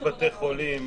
יש בתי חולים,